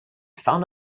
found